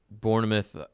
Bournemouth